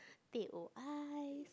teh-o ice